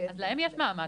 אז להם יש מעמד,